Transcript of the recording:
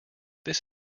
this